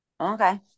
Okay